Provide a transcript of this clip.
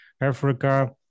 Africa